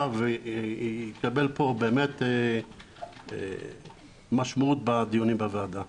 ויקבל פה באמת משמעות בדיונים בוועדה.